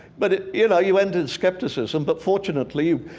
but it, you know, you end in skepticism, but fortunately,